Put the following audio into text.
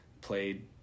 played